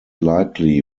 likely